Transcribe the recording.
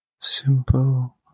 Simple